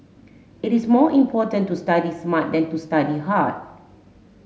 it is more important to study smart than to study hard